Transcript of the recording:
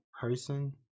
person